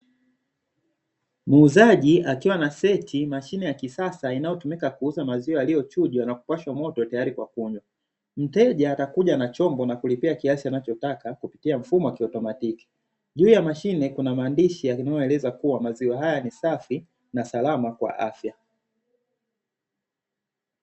Muuzaji akiwa anaseti mashine ya kisasa inayotumika kuuza maziwa yaliyochujwa na kupashwa moto tayari kwa kunywa, mteja atakuja na chombo na kulipia kiasi anachotaka kupitia mfumo wa kiautomatiki, juu ya mashine kuna maandishi yanayoeleza kuwa maziwa haya ni safi na salama kwa afya.